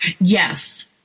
Yes